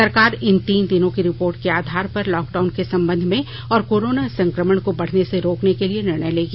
सरकार इन तीन दिनों की रिपोर्ट के आधार पर लॉकडाउन के संबंध में और कोरोना संकमण को बढ़ने से रोकने के लिए निर्णय लेगी